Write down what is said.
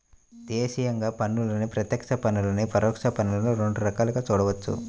దేశీయంగా పన్నులను ప్రత్యక్ష పన్నులనీ, పరోక్ష పన్నులనీ రెండు రకాలుగా చూడొచ్చు